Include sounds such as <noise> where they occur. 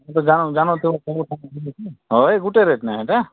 ଜାଣ ଜାଣନ୍ତୁ <unintelligible> ହଁ ଗୁଟେ ରେଟ୍ ନେଇ ହେଟା